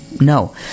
No